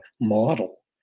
model